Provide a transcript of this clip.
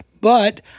But-